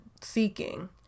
seeking